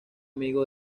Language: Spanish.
amigo